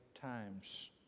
times